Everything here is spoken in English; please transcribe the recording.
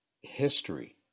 history